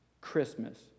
Christmas